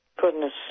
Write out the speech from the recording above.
Goodness